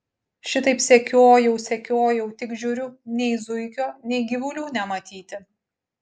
šitaip sekiojau sekiojau tik žiūriu nei zuikio nei gyvulių nematyti